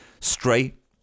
straight